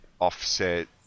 offset